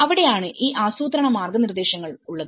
അവിടെയാണ് ഈ ആസൂത്രണ മാർഗനിർദേശങ്ങൾ ഉള്ളത്